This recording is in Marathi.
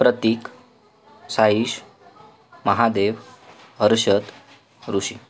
प्रतीक साईश महादेव हर्षद ऋषी